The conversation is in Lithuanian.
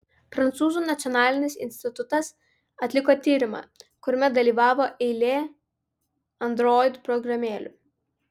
prancūzų nacionalinis institutas atliko tyrimą kuriame dalyvavo eilė android programėlių